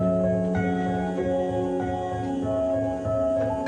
(מוקרן סרטון)